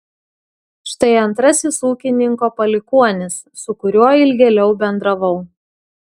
štai antrasis ūkininko palikuonis su kuriuo ilgėliau bendravau